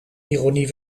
ironie